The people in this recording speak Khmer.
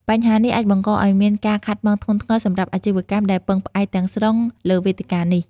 បញ្ហានេះអាចបង្កឱ្យមានការខាតបង់ធ្ងន់ធ្ងរសម្រាប់អាជីវកម្មដែលពឹងផ្អែកទាំងស្រុងលើវេទិកានេះ។